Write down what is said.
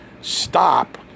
stop